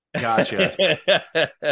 Gotcha